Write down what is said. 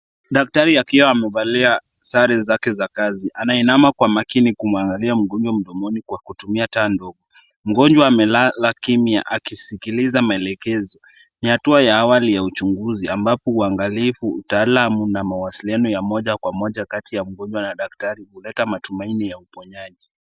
Daktari akiwa amevalia sare zake za kazi, anainama kwa makini kumwangalia mgonjwa mdomoni kwa kutumia taa ndogo. Mgonjwa amelala kiyma akisikiliza maelekezo. Ni hatua ya awali ya uchunguzi ambapo uangalifu, utaalam na mawasiliano ya moja kwa moja kati ya mgonjwa na daktari huleta matumaini ya uponyaji.